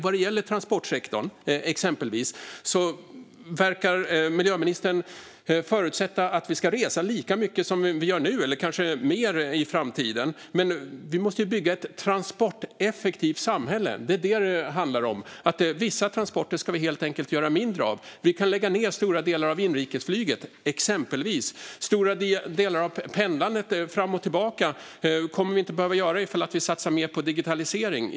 Vad gäller transportsektorn, exempelvis, verkar miljöministern förutsätta att vi ska resa lika mycket som vi gör nu, eller kanske mer, i framtiden. Men vi måste ju bygga ett transporteffektivt samhälle. Det är det som det handlar om. Vissa transporter ska vi helt enkelt göra mindre av. Vi kan lägga ned stora delar av inrikesflyget, exempelvis. Stora delar av pendlandet fram och tillbaka kommer vi inte att behöva göra ifall vi satsar mer på digitalisering.